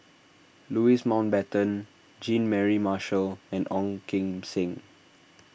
Louis Mountbatten Jean Mary Marshall and Ong Kim Seng